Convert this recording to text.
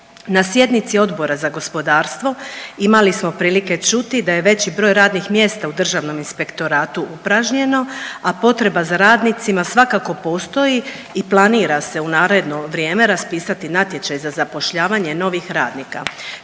Na sjednici Odbora za gospodarstvo imali smo prilike čuti da je veći broj radnih mjesta u Državnom inspektoratu upražnjeno, a potreba za radnicima svakako postoji i planira se u naredno vrijeme raspisati natječaj za zapošljavanje novih radnika.